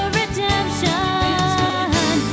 redemption